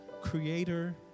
creator